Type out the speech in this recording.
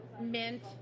mint